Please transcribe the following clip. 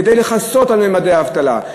כדי לכסות על ממדי האבטלה.